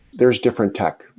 there's different tech.